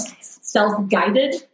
self-guided